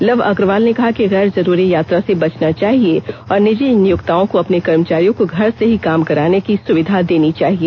love Agarwal ने कहा कि गैर जरूरी यात्रा से बचना चाहिए और निजी नियोक्ताओं को अपने कर्मचारियों को घर से ही काम कराने की सुविधा देनी चाहिए